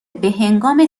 بههنگام